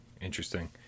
Interesting